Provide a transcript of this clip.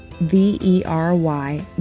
V-E-R-Y